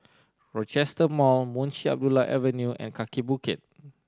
Rochester Mall Munshi Abdullah Avenue and Kaki Bukit